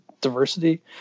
diversity